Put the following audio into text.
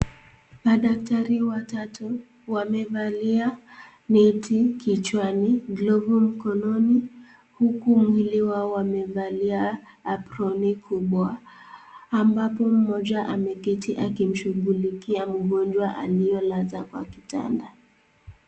Madaktari watatu wamevalia neti kichwani, glovu mkononi huku mwili wao wamevalia aproni kubwa, ambapo mmoja ameketi akimshugulikia mgonjwa aliye lazwa kwa kitanda.